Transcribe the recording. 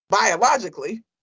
biologically